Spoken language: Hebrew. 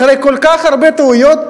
אחרי כל כך הרבה טעויות,